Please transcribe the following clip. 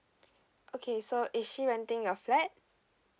okay so is she renting your flat